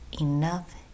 enough